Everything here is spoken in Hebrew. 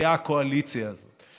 שמביאה הקואליציה הזאת,